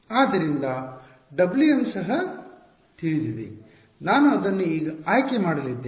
ಆದ್ದರಿಂದ Wm ಸಹ ತಿಳಿದಿದೆ ನಾನು ಅದನ್ನು ಈಗ ಆಯ್ಕೆ ಮಾಡಲಿದ್ದೇನೆ